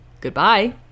Goodbye